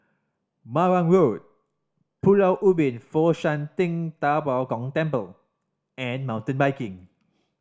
Marang Road Pulau Ubin Fo Shan Ting Da Bo Gong Temple and Mountain Biking